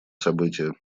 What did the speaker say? событие